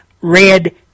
red